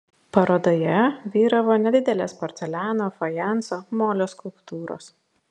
parodoje vyravo nedidelės porceliano fajanso molio skulptūros